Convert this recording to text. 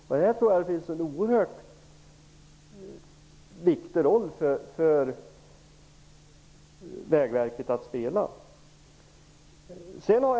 Jag tror att det finns en oerhört viktig roll för Vägverket att spela här.